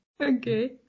okay